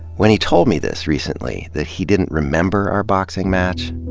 when he told me this, recently, that he didn't remember our boxing match,